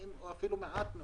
או אפילו מעט מאוד,